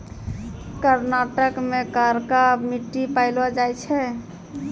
कर्नाटको मे करका मट्टी पायलो जाय छै